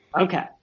Okay